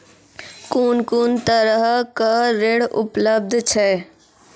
कून कून तरहक ऋण उपलब्ध छै?